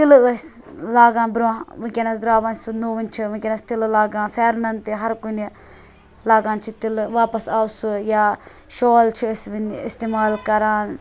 تِلہٕ ٲسۍ لاگان برونٛہہ وِنکیٚنَس دراو وۄنۍ سُہ نوٚو وۄنۍ چھِ وِنکیٚنَس تِلہٕ لاگان پھیٚرنَن تہِ ہَر کُنہِ لاگان چھِ تِلہٕ واپَس آو سُہ یا شال چھِ أسۍ وِنہٕ اِستعمال کَران